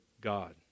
God